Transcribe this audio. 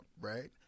right